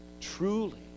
truly